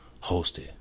Hosted